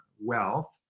wealth